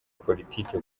politiki